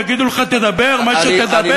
יגידו לך, תדבר, מה שתדבר,